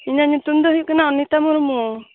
ᱤᱧᱟᱹᱜ ᱧᱩᱛᱩᱢ ᱫᱚ ᱦᱩᱭᱩᱜ ᱠᱟᱱᱟ ᱚᱱᱤᱛᱟ ᱢᱩᱨᱢᱩ